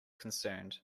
concerned